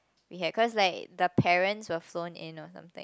we had cause like the parents were flown in or something